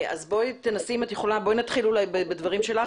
בואי נתחיל בדברים שלך,